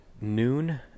noon